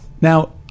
now